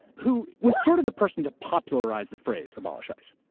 who was sort of the person to popularize the phrase abolish ice.